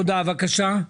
בבקשה.